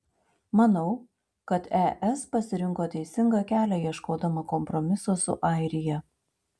manau kad es pasirinko teisingą kelią ieškodama kompromiso su airija